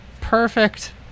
Perfect